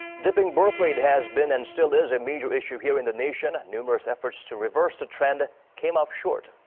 dipping birthrate has been and still is a major issue here in the nation. and numerous efforts to reverse the trend. came up short.